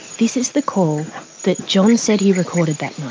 this is the call that john said he recorded that